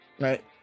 right